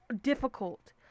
difficult